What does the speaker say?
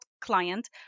client